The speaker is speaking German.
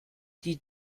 die